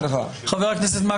אז אני אגיד לך --- חה"כ מקלב,